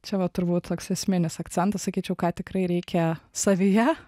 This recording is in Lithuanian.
čia va turbūt toks esminis akcentas sakyčiau ką tikrai reikia savyje